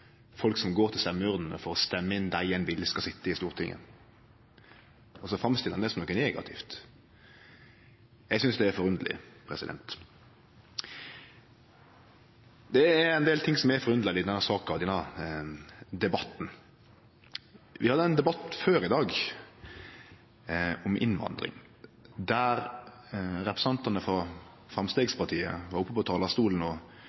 folk som går til stemmeurnene for å stemme inn dei som ein vil skal sitje på Stortinget, og så framstiller ein det som noko negativt. Eg synest det er forunderleg. Det er ein del ting som er forunderleg i denne debatten. Vi hadde ein debatt før i dag om innvandring, der representantane frå Framstegspartiet var oppe på talarstolen og